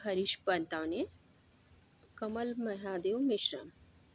Harish Pantawane Kamal Mahadev Meshram